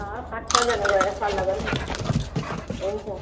अँ पाँच छजना गएर सल्लाह गरौँ न हुन्छ